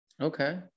okay